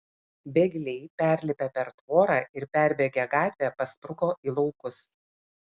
bėgliai perlipę per tvorą ir perbėgę gatvę paspruko į laukus